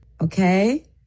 Okay